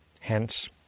hence